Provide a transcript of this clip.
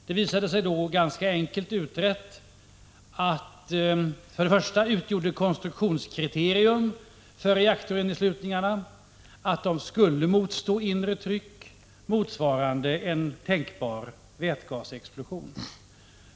Det visade sig för det första ganska enkelt att utreda att reaktorinneslut — Prot. 1985/86:137 ningarna enligt konstruktionskriterierna skulle motstå ett inre tryck motsva 12 maj 1986 rande en tänkbar vätgasexplosion.